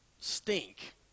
stink